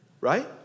right